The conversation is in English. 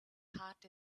heart